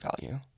value